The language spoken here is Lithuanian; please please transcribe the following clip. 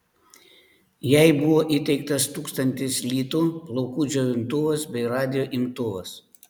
jai buvo įteiktas tūkstantis litų plaukų džiovintuvas bei radijo imtuvas